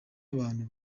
abantu